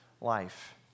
Life